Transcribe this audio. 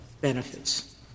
benefits